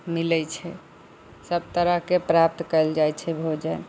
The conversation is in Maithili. मिलै छै सब तरहके प्राप्त कएल जाइ छै भोजन